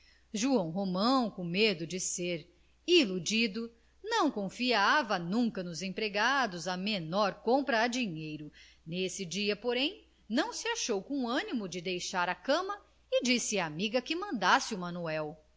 romão com medo de ser iludido não confiava nunca aos empregados a menor compra a dinheiro nesse dia porém não se achou com animo de deixar a cama e disse à amiga que mandasse o manuel